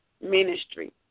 Ministry